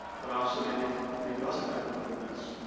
but also maybe maybe less attractive than this.